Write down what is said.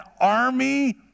army